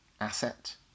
asset